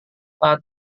pak